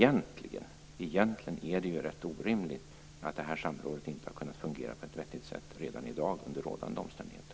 Egentligen är det dock rätt orimligt att det här samrådet inte har kunnat fungera på ett vettigt sätt redan i dag under rådande omständigheter.